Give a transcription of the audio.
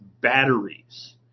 batteries